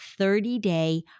30-day